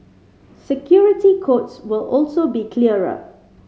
security codes will also be clearer